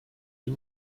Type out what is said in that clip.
you